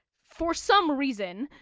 for some reason